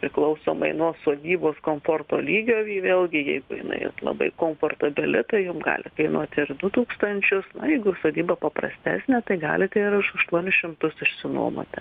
priklausomai nuo sodybos komforto lygio i vėlgi jeigu jinai vat labai komfortabili tai jum gali kainuoti ir du tūkstančius jeigu sodyba paprastesnė tai galite ir už aštuonis šimtus išsinuomoti